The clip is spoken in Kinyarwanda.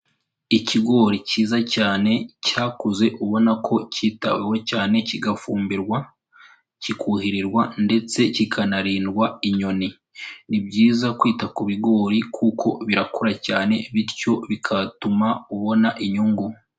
Ikigori cyiza cyane, cyakuze ubona ko cyitaweho cyane kigafumbirwa, kikuhirirwa ndetse kikanarindwa inyoni. Ni byiza kwita ku bigori kuko birakura cyane bityo bikatuma ubona inyungu.